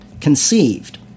conceived